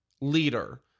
leader